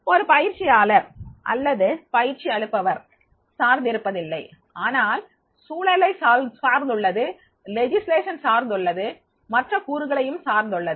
இது பயிற்சியாளர் அல்லது பயிற்சி அளிப்பவர் சார்ந்திருப்பதில்லை ஆனால் சூழலை சார்ந்துள்ளது சட்டம் சார்ந்துள்ளது மற்ற கூறுகளையும் சார்ந்துள்ளது